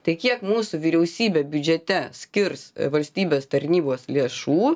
tai kiek mūsų vyriausybė biudžete skirs valstybės tarnybos lėšų